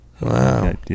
wow